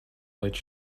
let